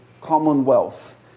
commonwealth